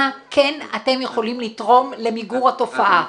מה כן אתם יכולים לתרום למיגור התופעה.